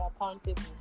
accountable